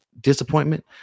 disappointment